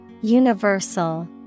Universal